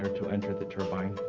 to enter the turbine.